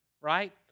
right